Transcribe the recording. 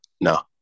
No